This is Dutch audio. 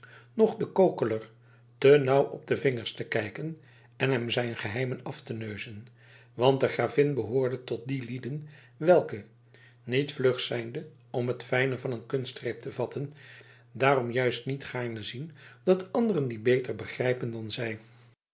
noch den kokeler te nauw op de vingers te kijken en hem zijn geheimen af te neuzen want de gravin behoorde tot die lieden welke niet vlug zijnde om het fijne van een kunstgreep te vatten daarom juist niet gaarne zien dat anderen die beter begrijpen dan zij